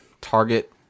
target